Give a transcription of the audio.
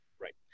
Right